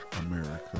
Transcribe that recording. America